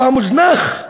הוא המוזנח.